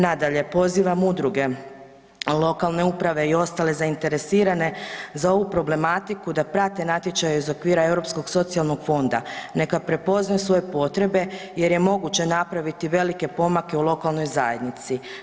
Nadalje, pozivam udruge lokalne uprave i ostale zainteresirane za ovu problematiku da prate natječaj iz okvira Europskog socijalnog fonda, neka prepoznaju svoje potrebe jer je moguće napraviti velike pomake u lokalnoj zajednici.